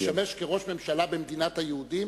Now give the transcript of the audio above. לשמש ראש ממשלה במדינת היהודים